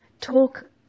talk